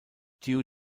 due